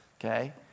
okay